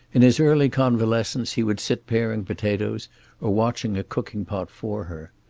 in his early convalescence he would sit paring potatoes or watching a cooking pot for her.